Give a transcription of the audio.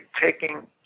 taking